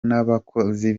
n’abakozi